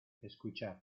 escuchad